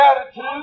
attitude